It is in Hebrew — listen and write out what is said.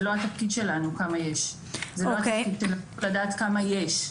זה לא התפקיד שלנו לדעת כמה יש.